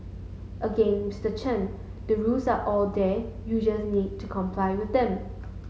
again Mister Chen the rules are all there you just need to comply with them